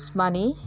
money